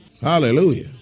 Hallelujah